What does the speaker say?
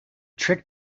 trick